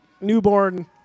newborn